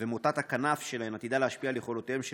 ומוטת הכנף שלהן עתידה להשפיע על יכולותיהם של